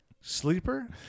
Sleeper